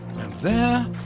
and there,